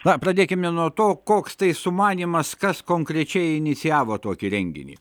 na pradėkime nuo to koks tai sumanymas kas konkrečiai inicijavo tokį renginį